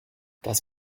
das